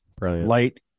light